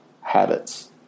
habits